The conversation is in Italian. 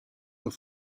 alla